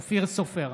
אופיר סופר,